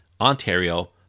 Ontario